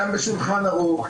גם בשולחן ערוך,